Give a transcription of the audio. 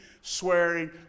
swearing